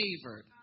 favored